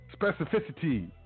Specificity